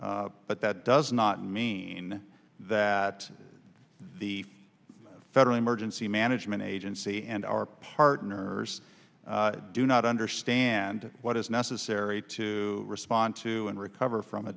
but that does not mean that the federal emergency management agency and our partners do not understand what is necessary to respond to and recover from a